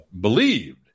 believed